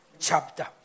chapter